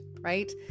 right